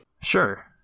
sure